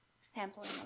sampling